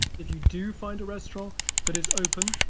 if you do find a restaurant that is open,